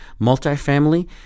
multifamily